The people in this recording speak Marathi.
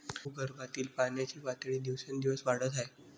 भूगर्भातील पाण्याची पातळी दिवसेंदिवस वाढत आहे